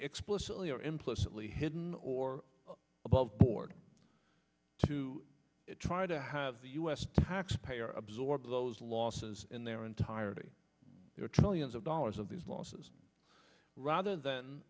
explicitly or implicitly hidden or above board to try to have the u s taxpayer absorb those losses in their entirety you know trillions of dollars of these losses rather than